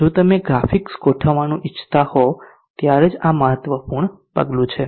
જો તમે ગ્રાફિક્સ ગોઠવવાનું ઇચ્છતા હોવ ત્યારે જ આ મહત્વપૂર્ણ પગલું છે